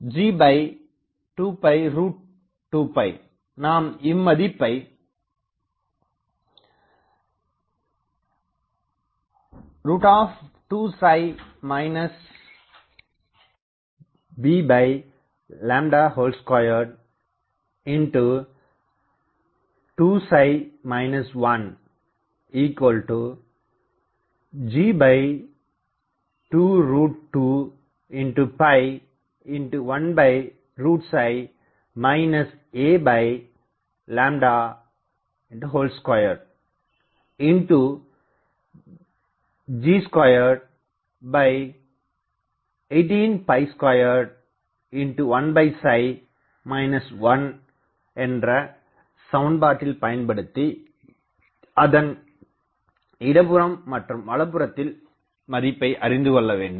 G22 நாம் இம்மதிப்பை 2 b22 1G22 1 a2G21821 1 சமன்பாட்டில் பயன்படுத்தி அதன் இடப்புறம் மற்றும் வலப்புறத்தில் மதிப்பை அறிந்து கொள்ள வேண்டும்